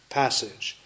passage